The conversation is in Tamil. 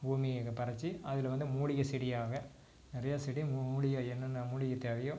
பூமியை அங்கே பறச்சு அதில் வந்து மூலிகை செடியாக நிறையா செடி மூ மூலிக என்னென்ன மூலிகை தேவையோ